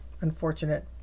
unfortunate